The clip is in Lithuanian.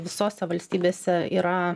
visose valstybėse yra